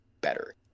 better